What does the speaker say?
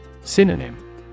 Synonym